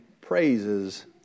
praises